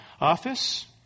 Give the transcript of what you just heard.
office